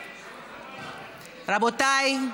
רבותיי,